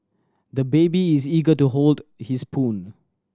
the baby is eager to hold his spoon